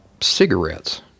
cigarettes